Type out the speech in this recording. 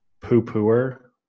poo-pooer